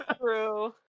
true